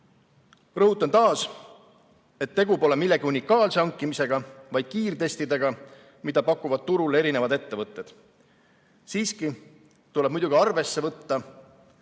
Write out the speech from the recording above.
olles. Rõhutan taas, et tegu pole millegi unikaalse hankimisega, vaid kiirtestidega, mida pakuvad turul erinevad ettevõtted. Siiski tuleb muidugi arvesse võtta,